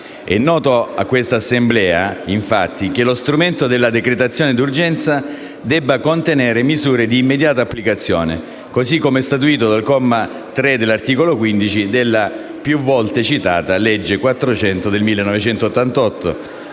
È noto a questa Assemblea, infatti, che lo strumento della decretazione d'urgenza debba contenere misure di immediata applicazione, così come statuito dal comma 3 dell'articolo 15 della - più volte citata - legge n. 400 del 1988,